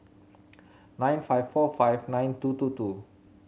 nine five four five nine two two two